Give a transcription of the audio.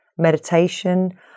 meditation